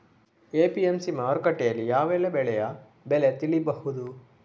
APMC ಮಾರುಕಟ್ಟೆಯಲ್ಲಿ ಯಾವೆಲ್ಲಾ ಬೆಳೆಯ ಬೆಲೆ ತಿಳಿಬಹುದು?